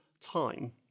time